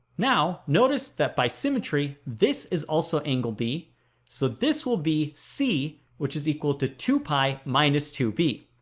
now notice that by symmetry, this is also angle b so this will be c which is equal to two pi minus two b